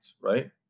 right